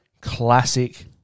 classic